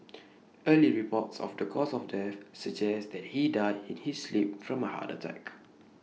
early reports of the cause of death suggests that he died in his sleep from A heart attack